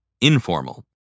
informal